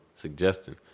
Suggesting